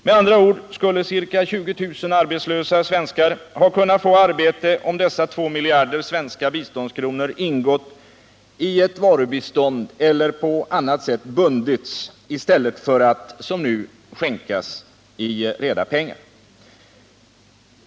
Med andra ord skulle ca 20 000 arbetslösa svenskar ha kunnat få arbete om dessa 2 miljarder svenska biståndskronor ingått i ett varubistånd eller på annat sätt bundits i stället för att, som nu, skänkas i reda pengar.